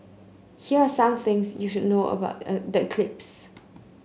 here are some things you should know about the eclipse